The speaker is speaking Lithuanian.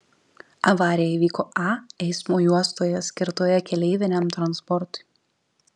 avarija įvyko a eismo juostoje skirtoje keleiviniam transportui